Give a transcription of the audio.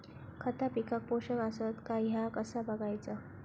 खता पिकाक पोषक आसत काय ह्या कसा बगायचा?